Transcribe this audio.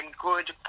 good